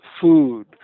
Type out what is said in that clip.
food